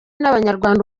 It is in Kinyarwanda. n’abanyarwanda